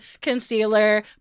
concealer